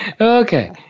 Okay